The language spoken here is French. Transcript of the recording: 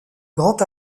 grand